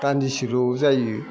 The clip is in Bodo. दान्दिसेल' जायो